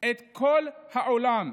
את כל העולם.